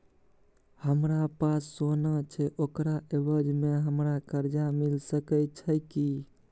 हमरा पास सोना छै ओकरा एवज में हमरा कर्जा मिल सके छै की?